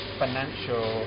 financial